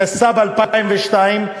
התשס"ב 2002,